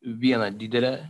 vieną didelę